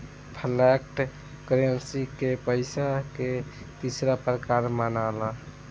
flat currency के पइसा के तीसरा प्रकार मनाला